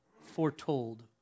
foretold